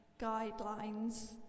guidelines